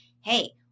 hey